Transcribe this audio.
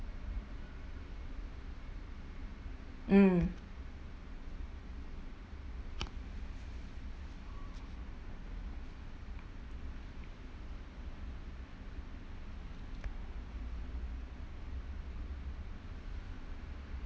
mm